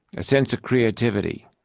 a sense of creativity,